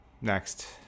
next